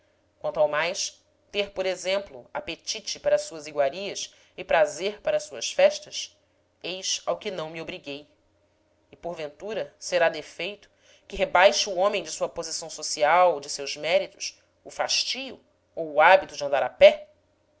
quanto ao mais ter por exemplo apetite para suas iguarias e prazer para suas festas eis ao que não me obriguei e porventura será defeito que rebaixe o homem de sua posição social de seus méritos o fastio ou o hábito de andar a pé